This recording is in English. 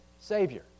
savior